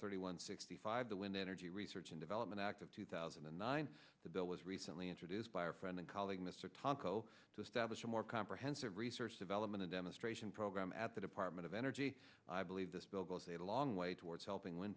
thirty one sixty five the wind energy research and development act of two thousand and nine the bill was recently introduced by a friend and colleague mr tomko to establish a more comprehensive research development a demonstration program at the department of energy i believe this bill goes a long way towards helping w